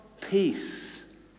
Peace